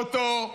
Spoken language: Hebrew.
אותו,